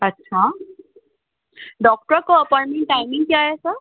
अच्छा डॉक्टर का appointment timing क्या है सर